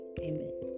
Amen